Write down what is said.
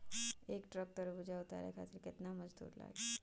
एक ट्रक तरबूजा उतारे खातीर कितना मजदुर लागी?